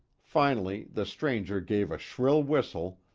finally the stranger gave a shrill whistle,